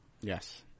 Yes